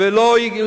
ולא הולכים לגייס,